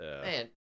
man